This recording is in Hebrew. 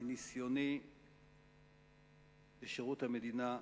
מניסיוני בשירות המדינה,